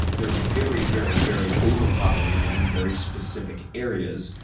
they're very, very, very overpopulated in very specific areas.